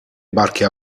barche